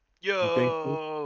Yo